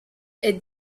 est